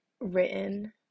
written